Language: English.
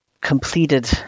completed